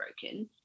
broken